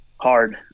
hard